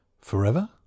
Forever